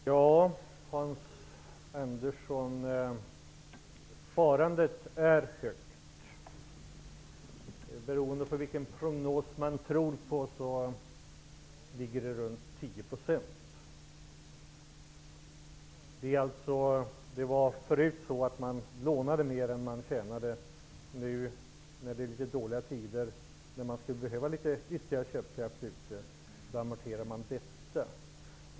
Herr talman! Sparandet är högt, Hans Andersson. Beroende på vilken prognos man tror på ligger det runt 10 %. Tidigare lånade man mer än man tjänade. Nu när det är dåliga tider och det skulle behövas ytterligare köpkraft amorterar man.